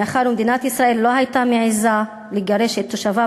מאחר שמדינת ישראל לא הייתה מעזה לגרש את תושביו